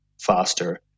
faster